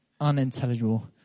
unintelligible